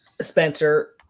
Spencer